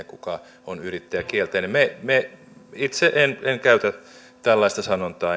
kuka on yrittäjäkielteinen itse en en käytä tällaista sanontaa